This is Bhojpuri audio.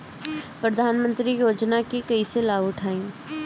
प्रधानमंत्री योजना के कईसे लाभ उठाईम?